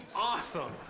Awesome